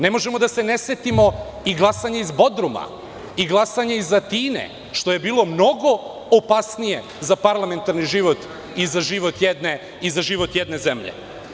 Ne možemo da se ne setimo i glasanja iz Bodruma i glasanja iz Atine, što je bilo mnogo opasnije za parlamentarni život i za život jedne zemlje.